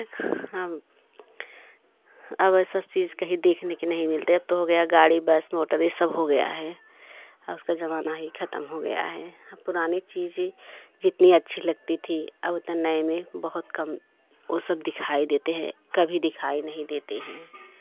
अब ऐसा चीज़ कहीं देखने को नहीं मिलता है एक तो हो गया गाड़ी बस मोटर यह सब हो गया है अब उसका ज़माना ही ख़त्म हो गया है अब पुरानी चीज़ें जितनी अच्छी लगती थीं अब उतना नए में बहुत कम वह सब दिखाई देते हैं कभी दिखाई नहीं देते हैं